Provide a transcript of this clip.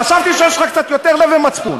חשבתי שיש לך קצת יותר לב ומצפון.